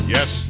Yes